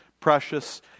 precious